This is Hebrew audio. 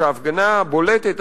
וההפגנה הבולטת,